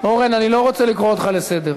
תקפת את בוגי.